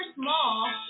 small